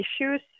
issues